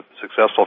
successful